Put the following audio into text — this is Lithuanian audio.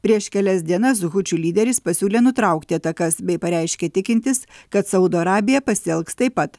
prieš kelias dienas hučių lyderis pasiūlė nutraukti atakas bei pareiškė tikintis kad saudo arabija pasielgs taip pat